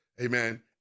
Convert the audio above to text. Amen